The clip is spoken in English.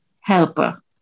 helper